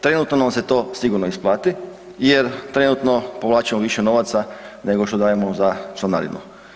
Trenutno nam se to sigurno isplati jer trenutno povlačimo više novaca nego što dajemo za članarinu.